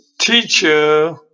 teacher